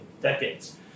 decades